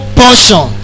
portion